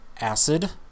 acid